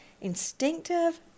instinctive